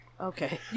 okay